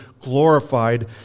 glorified